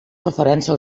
referència